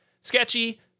sketchy